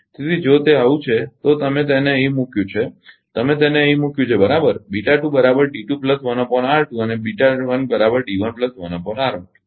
તેથી જો તે આવું છે તો તમે તેને અહીં મૂક્યું છે તમે તેને અહીં મૂક્યું છે બરાબર અને